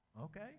Okay